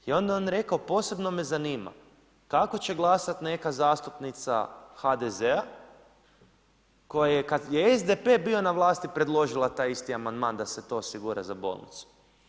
I onda je on rekao posebno me zanima kako će glasati neka zastupnica HDZ-a koja je kada je SDP bio na vlasti predložio taj isti amandman da se to osigura za bolnicu.